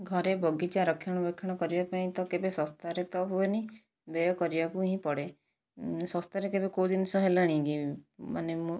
ଘରେ ବଗିଚା ରକ୍ଷଣାବେକ୍ଷଣ କରିବା ପାଇଁ ତ କେବେ ଶସ୍ତାରେ ତ ହୁଏନାହିଁ ବ୍ୟୟ କରିବାକୁ ହିଁ ପଡ଼େ ଶସ୍ତାରେ କେବେ କେଉଁ ଜିନିଷ ହେଲାଣି କି ମାନେ ମୁଁ